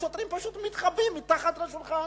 והשוטרים פשוט מתחבאים מתחת לשולחן.